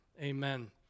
amen